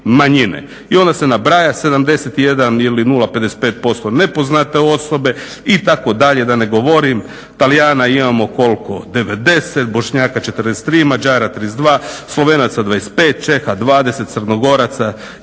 i onda se nabraja 71 ili 0,55% nepoznate osobe itd., da ne govorim. Talijana imamo koliko 90, Bošnjaka 43, Mađara 32, Slovenaca 25, Čeha 20, Crnogoraca i